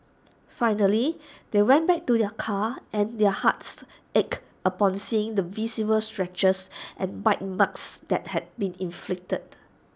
finally they went back to their car and their hearts ached upon seeing the visible scratches and bite marks that had been inflicted